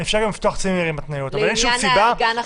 והכניסה את